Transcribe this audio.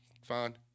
Fine